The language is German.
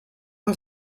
uns